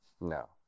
No